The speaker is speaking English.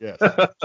yes